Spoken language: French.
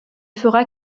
fera